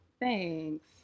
Thanks